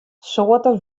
soarte